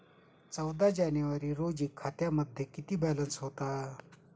चौदा जानेवारी रोजी खात्यामध्ये किती बॅलन्स होता?